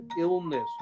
illness